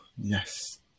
Yes